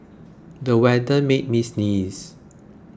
the weather made me sneeze